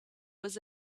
was